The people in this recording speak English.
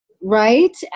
Right